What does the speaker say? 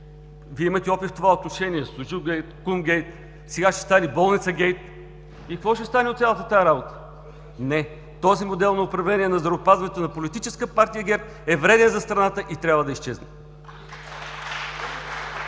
Вие имате опит в това отношение – Суджукгейт, Кумгейт, сега ще стане болницагейт! Какво ще стане от цялата тази работа? Не, този модел на управление на здравеопазването на Политическа партия ГЕРБ е вреден за страната и трябва да изчезне!